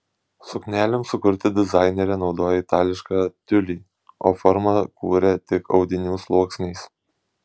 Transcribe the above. suknelėms sukurti dizainerė naudojo itališką tiulį o formą kūrė tik audinių sluoksniais